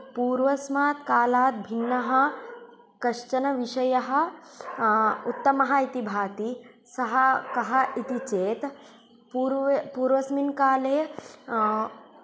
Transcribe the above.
पूर्वस्मात् कालात् भिन्नः कश्चन विषयः उत्तमः इति भाति सः कः इति चेत् पूर्व पूर्वस्मिन् काले